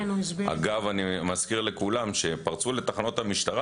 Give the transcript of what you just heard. אני מזכיר לכולם שפרצו לתחנות המשטרה